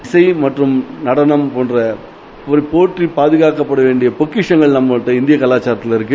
இசை மற்றம் நடனம் போன்றவை போற்றி பாதகாக்கப்படவேண்டிய பொக்கிஷங்கள் நமது இந்திய கலாச்சாரத்தில் உள்ளது